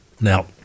Now